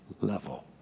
level